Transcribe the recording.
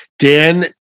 Dan